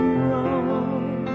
wrong